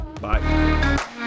Bye